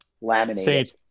Laminated